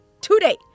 today